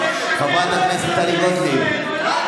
חברת הכנסת טלי גוטליב,